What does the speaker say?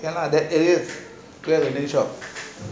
ya lah that if don't have indian shop